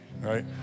right